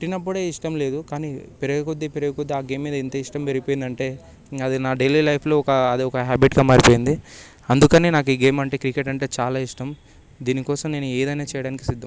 పుట్టినప్పుడే ఇష్టం లేదు కానీ పెరిగే కొద్దీ పెరిగే కొద్దీ ఆ గేమ్ మీద ఎంత ఇష్టం పెరిగిపోయిందంటే అది నా డైలీ లైఫ్లో ఒక అది ఒక హాబిట్గా మారిపోయింది అందుకని నాకు ఈ గేమ్ అంటే క్రికెట్ అంటే చాల ఇష్టం దీని కోసం నేను ఎదైనా చేయడానికి సిద్దం